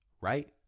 Right